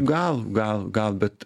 gal gal gal bet